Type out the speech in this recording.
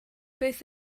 beth